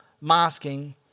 masking